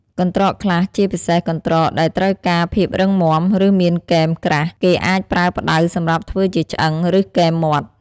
កន្រ្តកខ្លះ ជាពិសេសកន្រ្តកដែលត្រូវការភាពរឹងមាំ ឬមានគែមក្រាស់ គេអាចប្រើផ្តៅសម្រាប់ធ្វើជាឆ្អឹង ឬគែមមាត់។